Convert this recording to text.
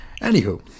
Anywho